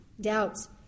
doubts